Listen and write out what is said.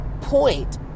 point